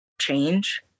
change